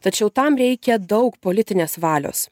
tačiau tam reikia daug politinės valios